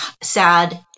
sad